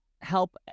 help